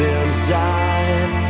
inside